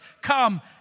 come